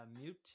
mute